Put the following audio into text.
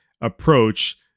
approach